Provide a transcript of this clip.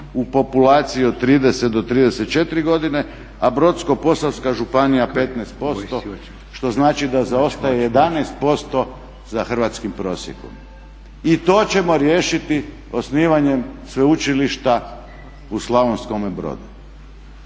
u populaciji od 30 do 34 godine, a Brodsko-posavska županija 15%. Što znači da zaostaje 11% za hrvatskim prosjekom. I to ćemo riješiti osnivanjem Sveučilišta u Slavonskome Brodu?